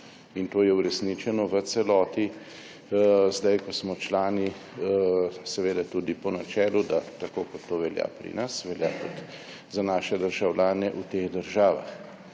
In to je uresničeno v celoti, zdaj ko smo člani seveda tudi po načelu, da tako kot to velja pri nas, velja tudi za naše državljane v teh državah.